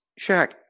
Shaq